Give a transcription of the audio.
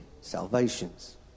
Salvations